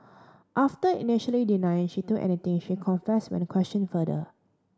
after initially denying she took anything she confessed when the questioned further